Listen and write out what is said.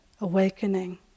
awakening